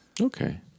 Okay